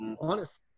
honest